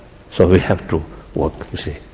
so we have to work, you see,